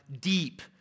deep